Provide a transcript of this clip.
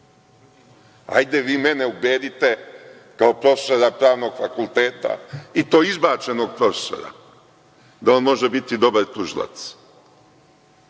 Hajde vi mene ubedite kao profesora pravnog fakulteta, i to izbačenog profesora, da on može biti dobar tužilac.